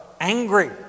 angry